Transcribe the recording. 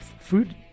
food